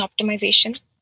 optimization